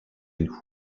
nous